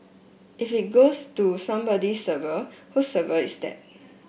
if it goes to somebody's server whose server is that